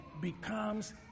becomes